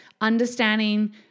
understanding